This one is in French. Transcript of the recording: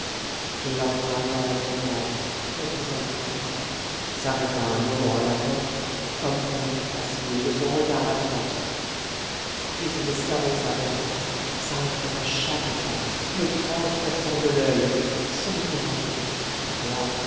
il entra lentement reprit alfred s'arrêta un moment à la porte comme pour me fasciner de son regard atroce puis il s'avança vers moi s'arrêtant à chaque pas me transperçant de l'oeil sans dire un mot droit